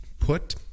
put